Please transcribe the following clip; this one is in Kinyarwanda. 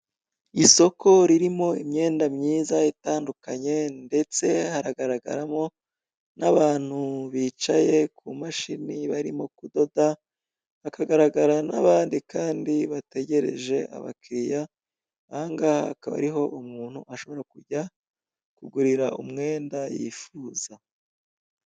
Isoko ririmo imyenda igiye itandukanye ndetse haragaragaramo n'abantu bicaye kumashini barimo kudoda, hakagaragara n'abandi kandi bategereje abakiriya ahangaha hakaba ariho umuntu ashobora kugurira umwenda yifuza.